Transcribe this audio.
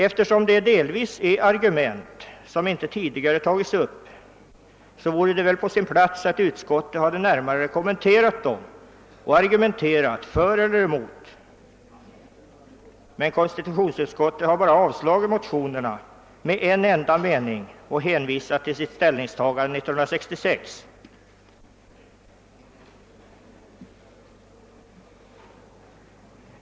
Eftersom det delvis är argument som inte tidigare tagits upp hade det väl varit på sin plats att utskottet närmare kommenterat dem och i sin tur argumenterat för eller emot. Men konstitutionsutskottet har avstyrkt motionerna med en enda mening och hänvisat till sitt ställningstagande år 1966.